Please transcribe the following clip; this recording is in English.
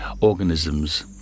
organisms